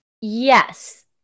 Yes